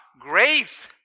graves